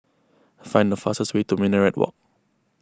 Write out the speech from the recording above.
find the fastest way to Minaret Walk